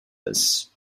this